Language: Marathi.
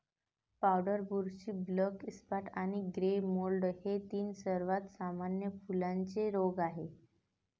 पावडर बुरशी, ब्लॅक स्पॉट आणि ग्रे मोल्ड हे तीन सर्वात सामान्य फुलांचे रोग आहेत